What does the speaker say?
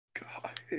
God